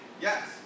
Yes